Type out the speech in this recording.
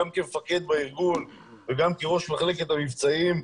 גם כמפקד בארגון וגם כראש מחלקת המבצעים,